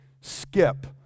skip